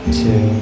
two